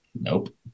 nope